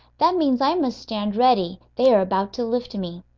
that means i must stand ready they are about to lift me.